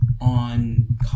on